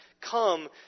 come